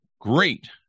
great